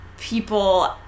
people